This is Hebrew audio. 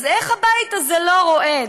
אז איך הבית הזה לא רועד?